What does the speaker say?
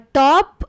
top